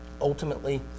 ultimately